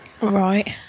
Right